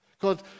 God